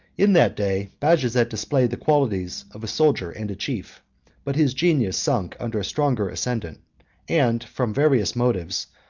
in that day bajazet displayed the qualities of a soldier and a chief but his genius sunk under a stronger ascendant and, from various motives,